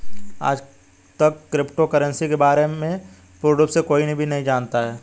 आजतक crypto currency के बारे में पूर्ण रूप से कोई भी नहीं जानता है